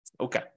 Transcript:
Okay